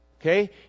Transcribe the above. okay